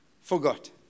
forgot